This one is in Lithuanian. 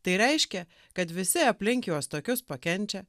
tai reiškia kad visi aplink juos tokius pakenčia